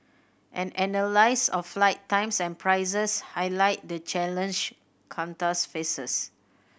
an analysis of flight times and prices highlight the challenge Qantas faces